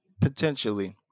potentially